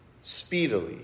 speedily